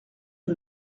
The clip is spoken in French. rue